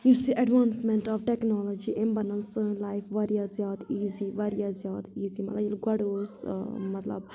یُس یہِ advancement of technology أمۍ بَنٲو سٲنۍ لایِف واریاہ زیادٕ ایٖزی واریاہ زیادٕ ایٖزی مطلَب ییٚلہِ گۄڈٕ اوس مطلب